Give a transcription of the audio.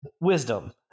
Wisdom